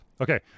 Okay